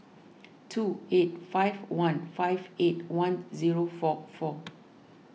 two eight five one five eight one zero four four